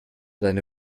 deine